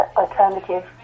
alternative